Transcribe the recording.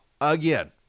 again